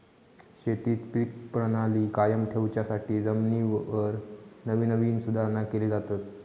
शेतीत पीक प्रणाली कायम ठेवच्यासाठी जमिनीवर नवीन नवीन सुधारणा केले जातत